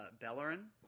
Bellerin